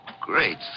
Great